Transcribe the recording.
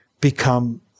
become